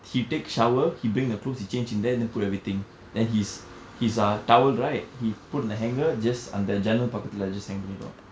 he take shower he bring the clothes he change in there and then put everything then his his uh towel right he put in the hangar just அந்த ஜன்னல் பக்கத்தில:antha jannaal pakkathila just hang பண்ணிருவான்:panniruvaan